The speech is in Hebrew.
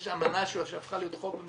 יש אמנה שהפכה להיות חוק במדינת ישראל?